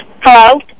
Hello